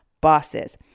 bosses